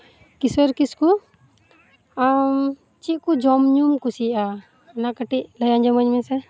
ᱠᱤᱥᱳᱨ ᱠᱤᱥᱠᱩ ᱟᱢ ᱪᱮᱫ ᱠᱚ ᱡᱚᱢ ᱧᱩᱢ ᱠᱩᱥᱤᱭᱟᱜᱼᱟ ᱚᱱᱟ ᱠᱟᱴᱤᱡ ᱞᱟᱹᱭ ᱟᱡᱚᱢ ᱟᱹᱧ ᱢᱮᱥᱮ